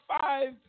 Five